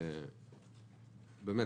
באמת,